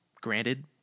Granted